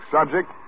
Subject